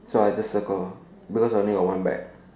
so I just circle ah because I only got one bag